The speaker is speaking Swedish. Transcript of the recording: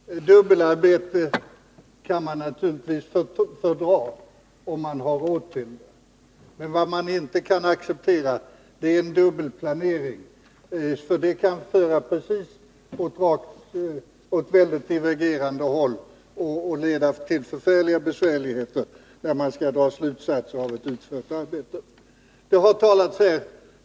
Herr talman! Dubbelarbete kan man naturligtvis fördra, om man har råd till det. Men vad man inte kan acceptera är en dubbel planering — det kan föra åt divergerande håll och leda till besvärligheter när man skall dra slutsatser av ett utfört arbete.